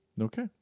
okay